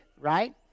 right